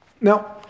Now